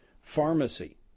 Pharmacy